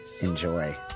Enjoy